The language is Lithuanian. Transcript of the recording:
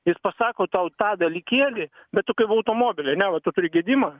jis pasako tau tą dalykėlį bet tu kaip automobilį ane va tu turi gedimą